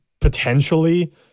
Potentially